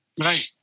Right